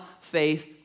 faith